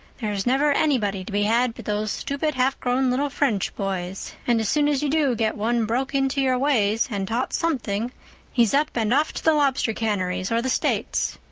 there's never anybody to be had but those stupid, half-grown little french boys and as soon as you do get one broke into your ways and taught something he's up and off to the lobster canneries or the states.